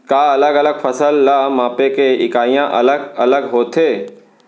का अलग अलग फसल ला मापे के इकाइयां अलग अलग होथे?